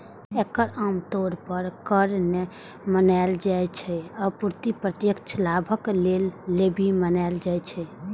एकरा आम तौर पर कर नै मानल जाइ छै, अपितु प्रत्यक्ष लाभक लेल लेवी मानल जाइ छै